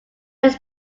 this